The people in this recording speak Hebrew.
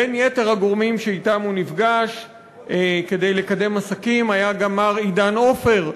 בין יתר הגורמים שאתם הוא נפגש כדי לקדם עסקים היה גם מר עידן עופר,